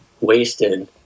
wasted